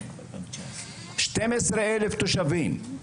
12,000 תושבים,